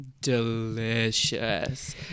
delicious